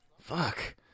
Fuck